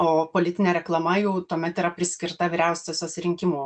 o politinė reklama jau tuomet yra priskirta vyriausiosios rinkimų